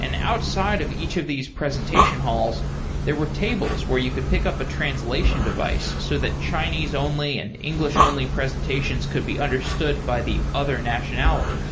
and outside of each of these presentation halls there were tables where you could pick up a translation device so that chinese only and english only presentations could be understood by the other nationality.